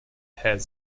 has